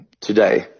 today